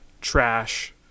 trash